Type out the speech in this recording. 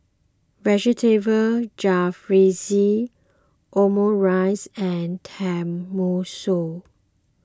Vegetable Jalfrezi Omurice and Tenmusu